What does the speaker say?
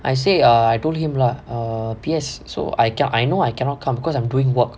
I say err I told him lah err P_S so I say I know I cannot come because I'm doing work